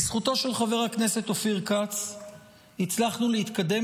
בזכותו של חבר הכנסת אופיר כץ הצלחנו להתקדם